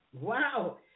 Wow